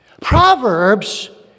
Proverbs